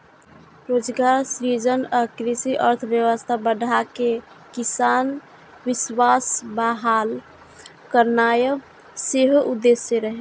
रोजगार सृजन आ कृषि अर्थव्यवस्था बढ़ाके किसानक विश्वास बहाल करनाय सेहो उद्देश्य रहै